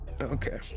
Okay